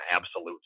absolute